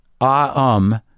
Ah-Um